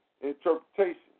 interpretation